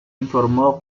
informó